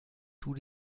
tous